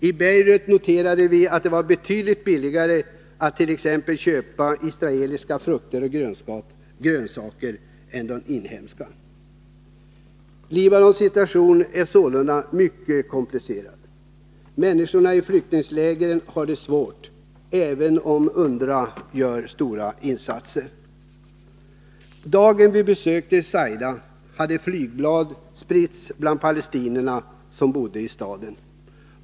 I Beirut noterade vi att det var betydligt billigare att köpa t.ex. israeliska frukter och grönsaker än de inhemska. Libanons situation är sålunda mycket komplicerad. Människorna i flyktinglägren har det svårt — även om UNRWA gör stora insatser. Dagen vi besökte Saida hade flygblad spritts bland palestinierna som bodde i stan.